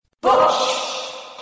Bush